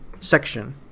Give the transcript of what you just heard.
section